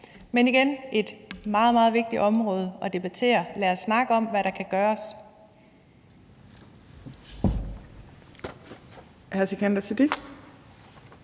Det er et meget, meget vigtigt område at debattere. Lad os snakke om, hvad der kan gøres.